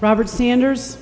robert sanders